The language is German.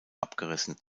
abgerissen